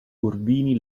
corvini